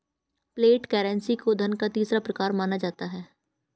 flat currency को धन का तीसरा प्रकार माना जाता है